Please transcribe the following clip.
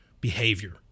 behavior